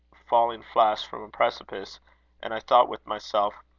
falling flash from a precipice and i thought with myself,